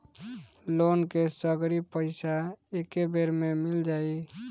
Loan के सगरी पइसा एके बेर में मिल जाई?